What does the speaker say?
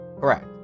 Correct